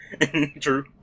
true